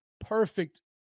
perfect